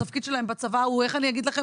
התפקיד שלהם בצבא איך אני אגיד לכם